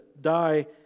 die